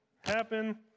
happen